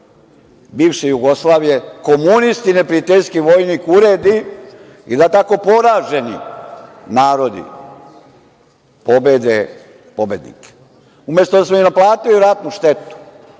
bivše Jugoslavije, komunisti, neprijateljski vojnik, uredi i da tako poraženi narodi pobede pobednike. Umesto da smo im naplatili ratnu štetu,